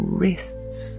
wrists